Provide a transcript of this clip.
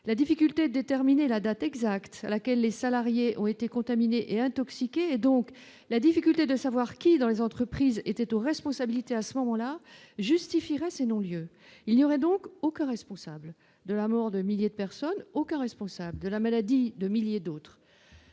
la difficulté déterminer la date exacte à laquelle les salariés ont été contaminés et intoxiqué et donc la difficulté de savoir qui, dans les entreprises étaient aux responsabilités, à ce moment-là, justifierait ce non-lieu, il y aurait donc aucun responsable de la mort de milliers de personnes, aucun responsable de la maladie de milliers d'autres